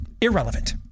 irrelevant